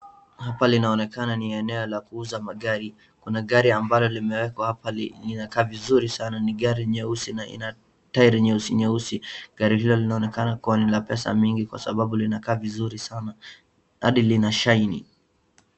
Hapa linaonekana ni eneo la kuuza magari, kuna gari ambalo limewekwa hapa, linakaa vizuri sana . Ni gari nyeusi na ina tairi nyeusi nyeusi, gari hilo linaonekana ni la pesa nyingi kwa sababu linakaa vizuri sana hadi lina shaini .